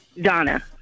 Donna